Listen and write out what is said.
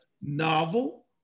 novel